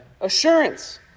Assurance